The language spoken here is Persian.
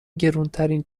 گرونترین